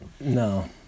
No